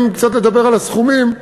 קצת לדבר על הסכומים,